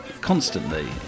constantly